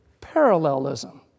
parallelism